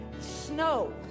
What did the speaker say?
Snow